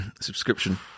subscription